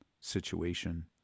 situation